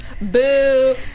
Boo